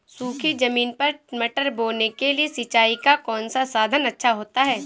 सूखी ज़मीन पर मटर बोने के लिए सिंचाई का कौन सा साधन अच्छा होता है?